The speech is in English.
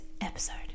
episode